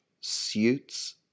Suits